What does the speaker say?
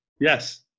yes